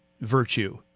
virtue